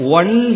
one